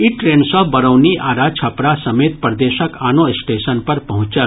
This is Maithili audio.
ई ट्रेन सभ बरौनी आरा छपरा समेत प्रदेशक आनो स्टेशन पर पहुंचल